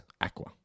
Aqua